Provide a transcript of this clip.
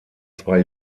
zwei